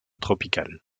tropicale